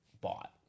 bought